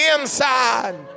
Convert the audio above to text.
inside